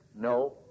No